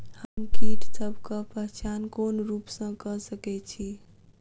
हम कीटसबक पहचान कोन रूप सँ क सके छी?